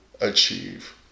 achieve